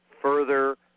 further